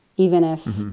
even if,